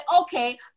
okay